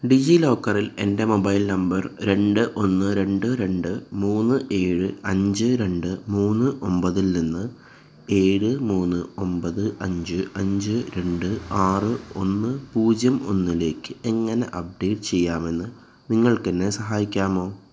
ഡിജി ലോക്കറിൽ എൻ്റെ mobile number രണ്ട് ഒന്ന് രണ്ട് രണ്ട് മൂന്ന് ഏഴ് അഞ്ച് രണ്ട് മൂന്ന് ഒമ്പതിൽ നിന്ന് ഏഴ് മൂന്ന് ഒമ്പത് അഞ്ച് അഞ്ച് രണ്ട് ആറ് ഒന്ന് പൂജ്യം ഒന്നിലേക്ക് എങ്ങനെ അപ്ഡേറ്റ് ചെയ്യാമെന്ന് നിങ്ങൾക്ക് എന്നെ സഹായിക്കാമോ